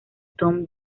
tom